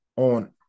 on